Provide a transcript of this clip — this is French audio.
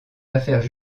affaires